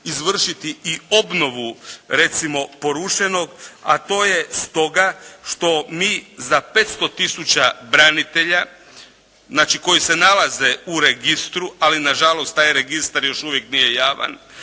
izvršiti i obnovu recimo porušenog a to je stoga što mi za 500 tisuća branitelja znači koji se nalaze u registru ali nažalost taj registar još uvijek nije javan